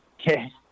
Okay